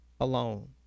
alone